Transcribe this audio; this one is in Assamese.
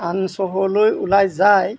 আন চহৰলৈ ওলাই যায়